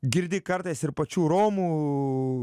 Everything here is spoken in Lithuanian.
girdi kartais ir pačių romų